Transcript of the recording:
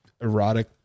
erotic